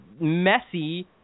messy